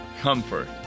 comfort